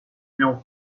miał